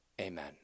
Amen